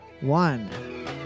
one